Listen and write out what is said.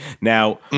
Now